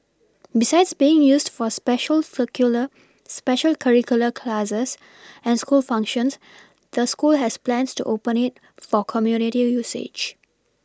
besides being used for special circular special curricular classes and school functions the school has plans to open it for community usage